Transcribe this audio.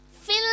fill